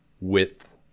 width